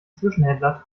zwischenhändler